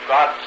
God